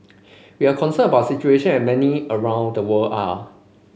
we are concerned about situation as many around the world are